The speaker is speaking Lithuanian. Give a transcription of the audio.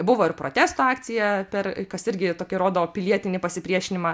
buvo ir protesto akcija per kas irgi tokį rodo pilietinį pasipriešinimą